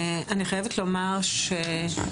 אני חייבת לומר שאנחנו,